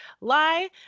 lie